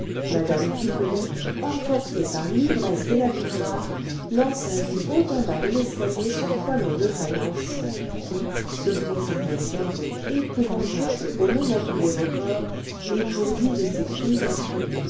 mme pipelet emportée par l'ivresse de la victoire lança du haut en bas de l'escalier son poêlon de faïence qui se brisant avec un bruit épouvantable au moment où les recors étourdis de ces cris affreux